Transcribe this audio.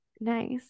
Nice